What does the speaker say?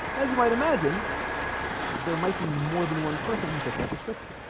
as you might imagine there might be more than one person who fits that description